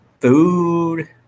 food